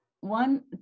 one